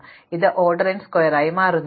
അതിനാൽ ഇത് order n സ്ക്വയറായി മാറുന്നു